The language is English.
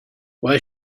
why